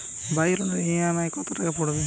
Bike লোনের EMI কত টাকা পড়বে?